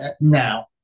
now